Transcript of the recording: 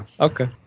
okay